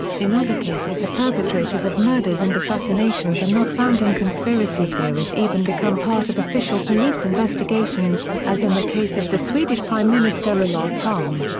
in other cases the perpetrators of murders and assassinations are not found and conspiracy theories even become part of official police investigations, as in the case of the swedish prime minister olof palme.